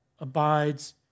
abides